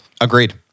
Agreed